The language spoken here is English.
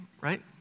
Right